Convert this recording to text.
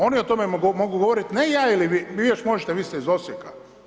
Oni o tome mogu govoriti, ne ja ili vi, vi još možete, vi ste iz Osijeka.